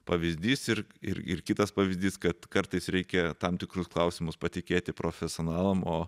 pavyzdys ir ir kitas pavyzdys kad kartais reikia tam tikrus klausimus patikėti profesionalam o